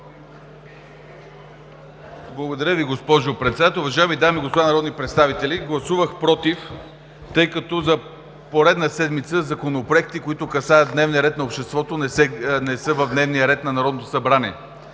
Благодаря Ви, госпожо Председател. Уважаеми дами и господа народни представители! Гласувах „против“, тъй като за поредна седмица законопроекти, които касаят дневния ред на обществото, не са в дневния ред на Народното събрание.